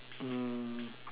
um